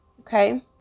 Okay